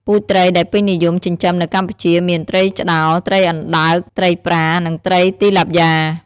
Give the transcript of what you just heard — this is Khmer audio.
ពូជត្រីដែលពេញនិយមចិញ្ចឹមនៅកម្ពុជាមាន ត្រីឆ្តោរ ត្រីអណ្តើក ត្រីប្រា និង ត្រីទីឡាព្យ៉ា។